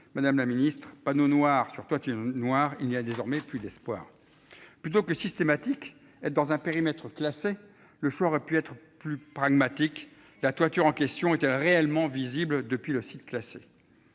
Madame la Ministre panneau noir sur toi tu noir il y a désormais plus d'espoir. Plutôt que systématique et dans un périmètre classé le choix aurait pu être plus pragmatique. La toiture en question était réellement visible depuis le site classé.